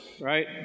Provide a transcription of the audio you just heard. right